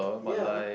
ya